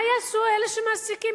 מה יעשו אלה שמעסיקים,